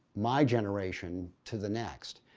my generation to the next.